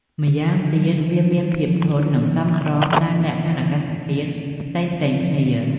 ម្យ៉ាងទៀតវាមានភាពធន់ និងសមស្របតាមលក្ខខណ្ឌអាកាសធាតុផ្សេងៗគ្នា។